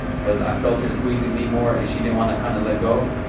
because i felt her squeezing me more and she didn't want to kind of let go.